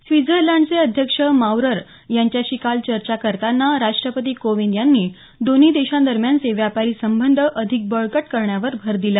स्वित्झर्लंडचे अध्यक्ष माऊरर यांच्याशी काल चर्चा करताना राष्ट्रपती कोविंद यांनी दोन्ही देशांदरम्यानचे व्यापारी संबंध अधिक बळकट करण्यावर भर दिला